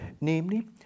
namely